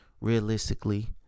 Realistically